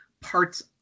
parts